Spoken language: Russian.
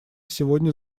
сегодня